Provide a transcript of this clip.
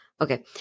Okay